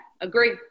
agree